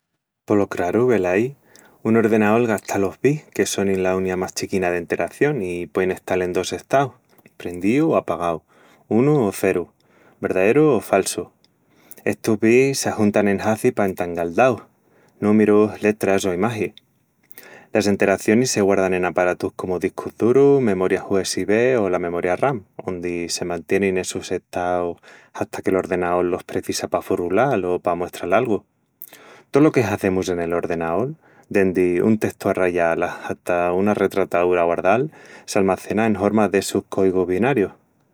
Polo craru, velaí... un ordenaol gasta los bits, que sonin la uniá más chiquina d'enteración, i puein estal en dos estaus: prendíu o apagau, unu o ceru, verdaeru o falsu. Estus bits s'ajuntan en hacis pa entangal daus: númirus, letras o imagis. Las enteracionis se guardan en aparatus comu discus durus, memorias USB o la memoria RAM, ondi se mantienin essus estaus hata que l'ordenaol los precisa pa furrulal o pa muestral algu. Tolo que hazemus en el ordenaol, dendi un testu arrayal hata una retrataúra guardal, s'almacena en horma de essus cóigus binarius.